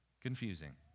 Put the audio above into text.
confusing